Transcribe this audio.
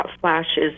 flashes